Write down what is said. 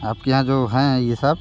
आपके यहाँ जो हैं यह सब